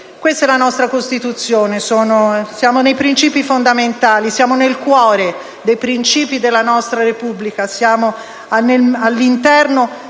Questa è la nostra Costituzione. Siamo nei Principi fondamentali, siamo nel cuore dei principi della nostra Repubblica, all'interno